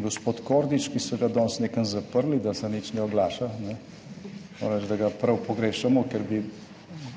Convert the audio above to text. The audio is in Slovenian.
gospod Kordiš, ki so ga danes nekam zaprli, da se nič ne oglaša, moram reči, da ga prav pogrešamo, ker bi